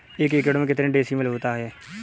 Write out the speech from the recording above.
एक एकड़ में कितने डिसमिल होता है?